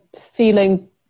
feeling